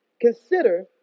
Consider